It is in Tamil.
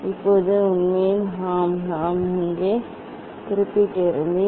இப்போது உண்மையில் ஆம் நான் இங்கே குறிப்பிட்டிருந்தேன்